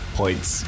points